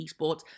esports